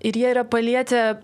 ir jie yra palietę